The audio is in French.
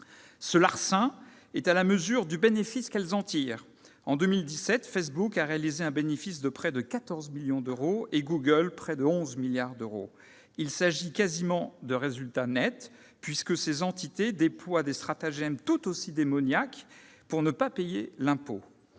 Ce larcin est à la mesure du profit qu'elles en tirent. En 2017, Facebook a réalisé un bénéfice de près de 14 milliards d'euros et Google de près de 11 milliards d'euros. Il s'agit de résultats quasiment nets, puisque ces entités déploient des stratagèmes tout aussi démoniaques pour ne pas payer l'impôt.